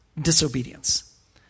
Disobedience